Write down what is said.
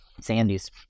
sandy's